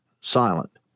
silent